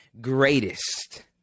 greatest